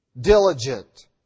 diligent